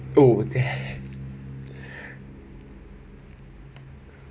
oh damn